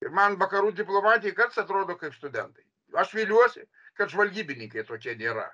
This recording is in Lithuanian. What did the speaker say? ir man vakarų diplomatija karts atrodo kaip studentai aš viliuosi kad žvalgybininkai tokie nėra